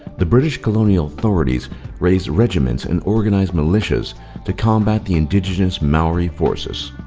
the british colonial authorities raised regiments and organized militias to combat the indigenous maori forces.